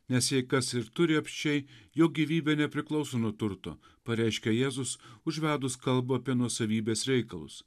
nes jei kas ir turi apsčiai jo gyvybė nepriklauso nuo turto pareiškė jėzus užvedus kalbą apie nuosavybės reikalus